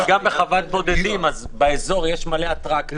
כי גם בחוות בודדים יש מלא אטרקציות באזור.